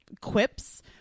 quips